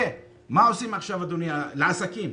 ומה עושים עכשיו, אדוני, לעסקים?